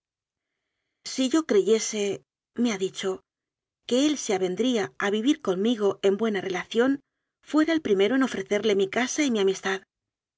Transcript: si yo creyeseme ha dichoque él se aven dría a vivir conmigo en buena relación fuera sl primero en ofrecerle mi casa y mi amistad